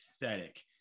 pathetic